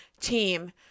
team